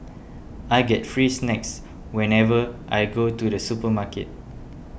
I get free snacks whenever I go to the supermarket